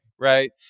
Right